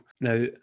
now